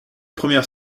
première